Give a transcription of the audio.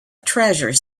treasure